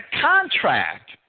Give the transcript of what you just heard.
contract